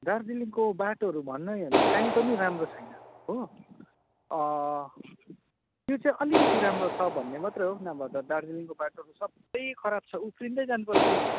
दार्जिलिङको बाटोहरू भन्नु नै हो भने काही पनि राम्रो छैन हो त्यो चाहिँ अलिकति राम्रो छ भन्ने मात्रै हो नभए त दार्जिलिङको बाटोहरू सबै खाराब छ उफ्रिँदै जानुपर्छ नि